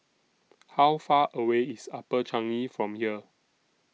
How Far away IS Upper Changi from here